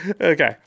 Okay